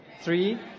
Three